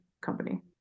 company